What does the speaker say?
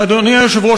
ואדוני היושב-ראש,